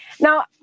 Now